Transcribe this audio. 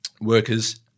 workers